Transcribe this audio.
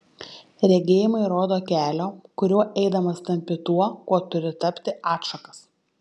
regėjimai rodo kelio kuriuo eidamas tampi tuo kuo turi tapti atšakas